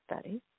study